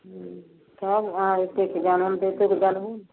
हुँ तब अहाँ एतेक जानै हम तऽ एतेक जनहु नहि